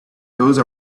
those